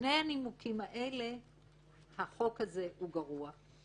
ומשני הנימוקים האלה החוק הזה הוא גרוע.